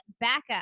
backup